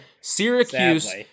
Syracuse